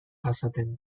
jasaten